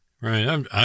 Right